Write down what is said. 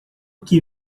que